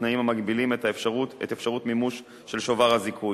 לתנאים המגבילים את אפשרות המימוש של שובר הזיכוי,